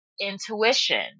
intuition